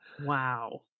Wow